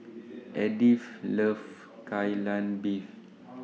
Edyth loves Kai Lan Beef